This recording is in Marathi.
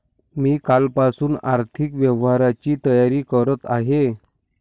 मी कालपासून आर्थिक व्यवहारांची तयारी करत आहे